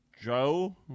Joe